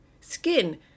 skin